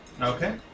Okay